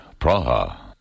Praha